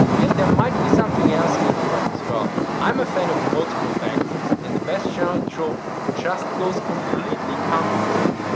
yet, there might be something else here at work as well. i am a fan of multiple factors and the best general trope just goes completely counter to that,